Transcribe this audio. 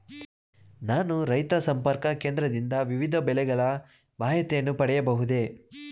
ನಾನು ರೈತ ಸಂಪರ್ಕ ಕೇಂದ್ರದಿಂದ ವಿವಿಧ ಬೆಳೆಗಳ ಮಾಹಿತಿಯನ್ನು ಪಡೆಯಬಹುದೇ?